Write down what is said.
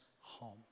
home